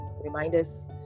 reminders